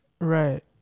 Right